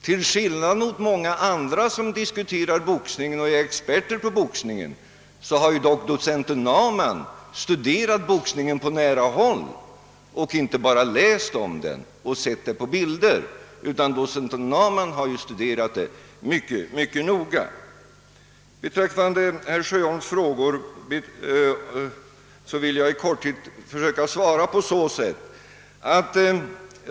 Till skillnad från många andra som diskuterar boxningen och som anser sig vara experter på denna har dock docent Naumann studerat boxningen på nära håll och inte bara läst om den och sett på bilder, han har studerat boxningen synnerligen noga. Jag vill i korthet söka besvara herr Sjöholms frågor på följande sätt.